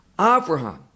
Abraham